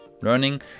Learning